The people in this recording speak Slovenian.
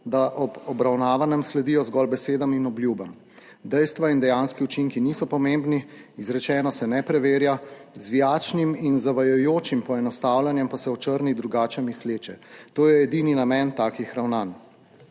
da ob obravnavanem sledijo zgolj besedam in obljubam. Dejstva in dejanski učinki niso pomembni, 13. TRAK: (SB) – 10.00 (Nadaljevanje) izrečeno se ne preverja, zvijačnim in zavajajočim poenostavljanjem pa se očrni drugače misleče. To je edini namen takih ravnanj.